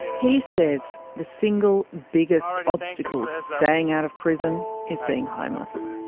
he says the single biggest obstacle to staying out of prison is being homeless.